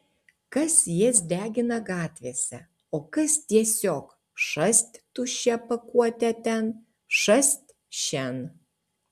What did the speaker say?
kas jas degina gatvėse o kas tiesiog šast tuščią pakuotę ten šast šen